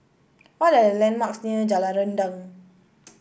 what are the landmarks near Jalan Rendang